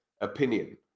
opinion